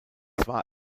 war